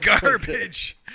garbage